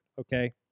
okay